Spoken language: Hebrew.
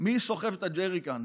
מי סוחב את הג'ריקן.